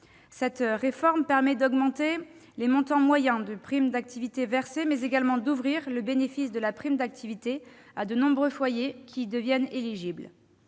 Cette réforme permet d'augmenter les montants moyens de prime d'activité versés, mais également d'ouvrir le bénéfice de la prime d'activité à de nombreux foyers qui y deviennent éligibles.